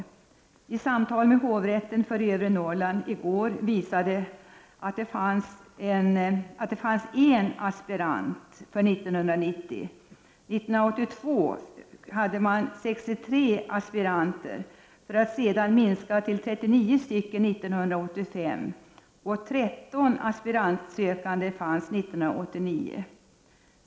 Vid samtal med hovrätten för Övre Norrland i går visade det sig att det fanns en sökande som aspirant för år 1990. År 1982 fanns det 63 sökande. Det minskade sedan till 39 sökande år 1985, och det fanns 13 sökande till aspiranttjänst år 1989.